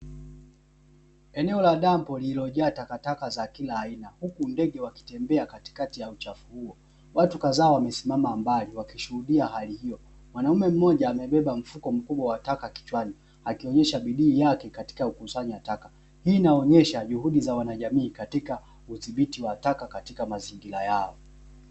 Eneo la dampo lililojaa takataka za kila aina, huku ndege wakitembea katikati ya uchafu huo. Watu kadhaa wamesimama mbali wakishuhudia hali hiyo. Mwanaume mmoja amebeba mfuko mmoja wa taka kichwani, akionyesha bidii yake katika kukusanya taka. Hii inaonyesha juhudi za wanajamii katika udhibiti wa taka katika mazingira yao.